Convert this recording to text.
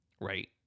right